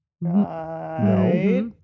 Right